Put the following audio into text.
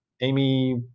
Amy